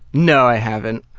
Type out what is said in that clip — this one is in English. no, i haven't.